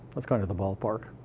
that's kind of the ballpark.